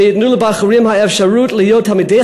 שייתנו לבחורים את האפשרות להיות תלמידי